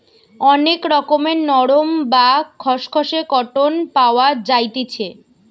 অনেক রকমের নরম, বা খসখসে কটন পাওয়া যাইতেছি